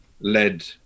led